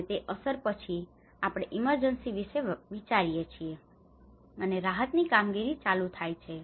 અને તે અસર પછી આપણે ઈમરજન્સી વિશે વિચારીએ છીએ અને રાહત કામગીરી ચાલુ થાય છે